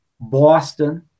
Boston